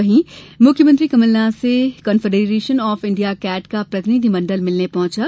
वहीं मुख्यमंत्री कमलनाथ से कॉन्फेडरेशन ऑफ इंडिया कैट का प्रतिनिधि मंडल मिलने पहुंचा